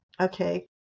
okay